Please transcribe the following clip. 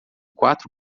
quatro